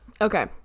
Okay